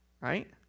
right